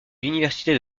l’université